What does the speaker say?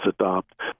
adopt